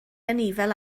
anifail